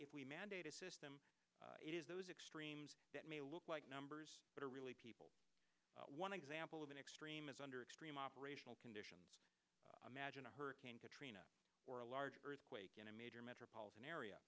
if we mandate a system it is those extremes that may look like numbers but are really people one example of an extreme is under extreme operational conditions imagine a hurricane katrina or a large earthquake in a major metropolitan area